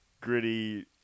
gritty